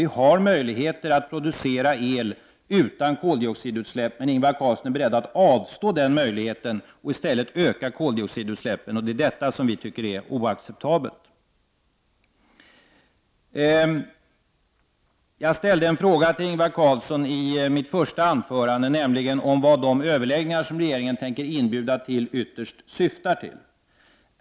Vi har möjligheter att producera el utan koldioxidutsläpp, men Ingvar Carlsson är beredd att avstå från den möjligheten och i stället öka koldioxidutsläppen. Det är detta som vi tycker är oacceptabelt. Jag ställde i mitt första anförande en fråga till Ingvar Carlsson om vad de överläggningar som regeringen tänker inbjuda till ytterst syftar till.